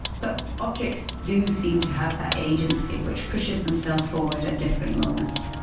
but objects do seem to have that agency which pushes themselves forward at different moments.